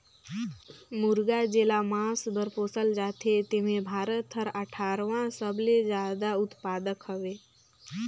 मुरगा जेला मांस बर पोसल जाथे तेम्हे भारत हर अठारहवां सबले जादा उत्पादक हवे